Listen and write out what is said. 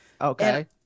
Okay